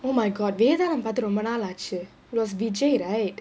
oh my god Vedalam பாத்து ரொம்ப நாளாச்சு:vaedhaalam paathu romba naalaachu it was vijay right